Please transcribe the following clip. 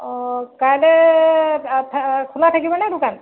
অঁ কাইলৈ খোলা থাকিবনে দোকান